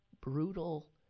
brutal